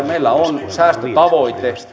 meillä on säästötavoite